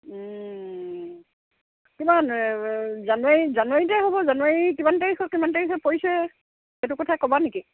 কিমান জানুৱাৰী জানুৱাৰীতে হ'ব জানুৱাৰী কিমান তাৰিখ কিমান তাৰিখে পৰিছে সেইটো কথা কবা নেকি